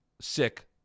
sick